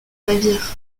navire